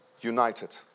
united